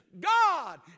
God